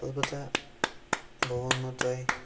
اَلبتہ بہٕ وَنمو تۄہہِ